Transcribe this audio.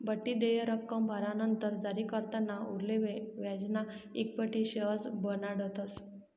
बठ्ठी देय रक्कम भरानंतर जारीकर्ताना उरेल व्याजना इक्विटी शेअर्स बनाडतस